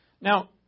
Now